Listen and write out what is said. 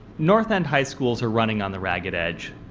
north end high schools are running on the ragged edge.